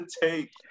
take